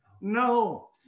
No